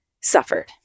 suffered